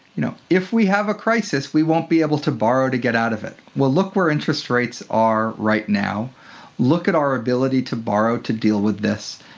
you know, if we have a crisis we won't be able to borrow to get out of it. well look where interest rates are right now look at our ability to borrow to deal with this,